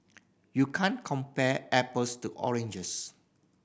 you can't compare apples to oranges